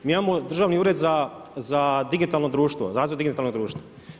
Mi imamo Državni ured za digitalno društvo, razvoj digitalnog društva.